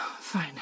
fine